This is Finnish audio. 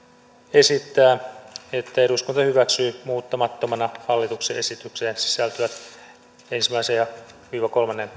esittää että eduskunta hyväksyy muuttamattomana hallituksen esitykseen sisältyvät ensimmäisen viiva kolmannen